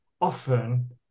often